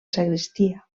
sagristia